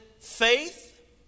faith